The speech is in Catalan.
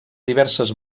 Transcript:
diverses